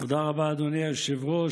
תודה רבה, אדוני היושב-ראש.